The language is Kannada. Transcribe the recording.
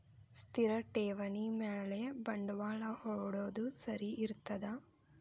ಸ್ಥಿರ ಠೇವಣಿ ಮ್ಯಾಲೆ ಬಂಡವಾಳಾ ಹೂಡೋದು ಸರಿ ಇರ್ತದಾ?